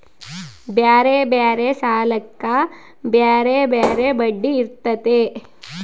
ಬ್ಯಾರೆ ಬ್ಯಾರೆ ಸಾಲಕ್ಕ ಬ್ಯಾರೆ ಬ್ಯಾರೆ ಬಡ್ಡಿ ಇರ್ತತೆ